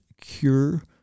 cure